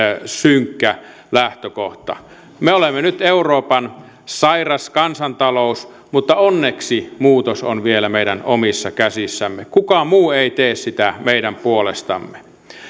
synkkä lähtökohta me olemme nyt euroopan sairas kansantalous mutta onneksi muutos on vielä meidän omissa käsissämme kukaan muu ei tee sitä meidän puolestamme